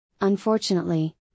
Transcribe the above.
Unfortunately